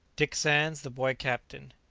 dick sands the boy captain.